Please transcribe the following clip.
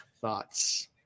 thoughts